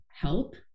help